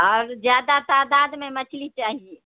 اور زیادہ تعداد میں مچھلی چاہی